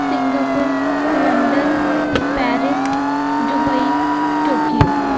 Singapore London Paris Dubai Tokyo